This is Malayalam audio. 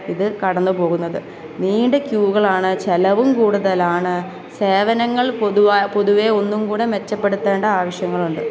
ഇത് കടന്നു പോകുന്നത് നീണ്ട ക്യൂകളാണ് ചെലവും കൂടുതലാണ് സേവനങ്ങൾ പൊതുവെ ഒന്നും കൂടെ മെച്ചപ്പെടുത്തേണ്ട ആവശ്യങ്ങളുണ്ട്